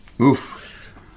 Oof